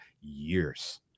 years